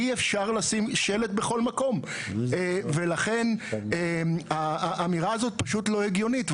אי אפשר לשים שלט בכל מקום ולכן האמירה הזאת היא פשוט לא הגיונית.